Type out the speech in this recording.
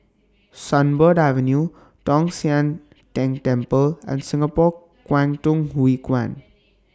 Sunbird Avenue Tong Sian Tng Temple and Singapore Kwangtung Hui Kuan